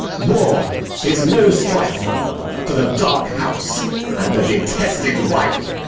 war is no strife to the dark house and the detested wife.